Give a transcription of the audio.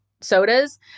sodas